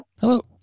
Hello